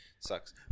sucks